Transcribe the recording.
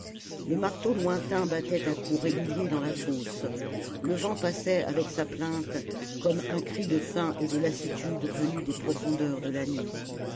le marteau lointain battait à coups réguliers dans la fosse le vent passait avec sa plainte comme un cri de faim et de lassitude venu des profondeurs de la nuit